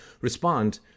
respond